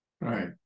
Right